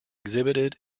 exhibited